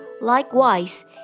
likewise